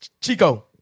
Chico